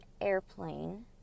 airplane